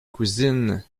cousine